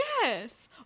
Yes